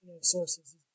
sources